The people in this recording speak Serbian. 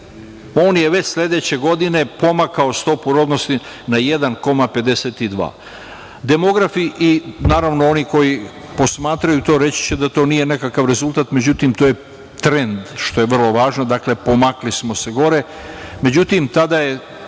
on je već sledeće godine pomakao stopu rodnosti na 1,52.Demografi i, naravno, oni koji to posmatraju to reći će da to nije nekakav rezultat, međutim to je trend, što je vrlo važno, dakle pomakli smo se gore.Međutim, tada je